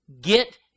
get